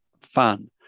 fun